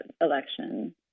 election